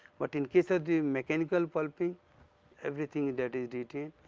but in case of the mechanical pulping everything that is retained.